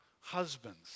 husbands